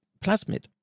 plasmid